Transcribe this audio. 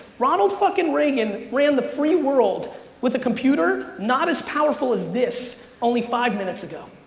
ronald fucking reagan ran the free world with a computer not as powerful as this only five minutes ago.